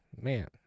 Man